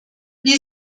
wie